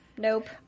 Nope